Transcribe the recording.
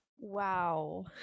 wow